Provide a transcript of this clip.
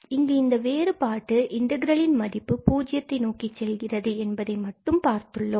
இங்கு இந்த வேறுபாட்டு இன்டகிரளின் மதிப்பு பூஜ்ஜியத்தை நோக்கி செல்கிறது என்பதை மட்டும் பார்த்துள்ளோம்